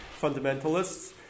fundamentalists